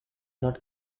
not